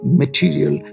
material